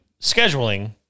scheduling